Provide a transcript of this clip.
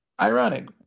Ironic